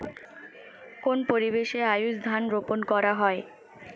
কোন পরিবেশে আউশ ধান রোপন করা হয়?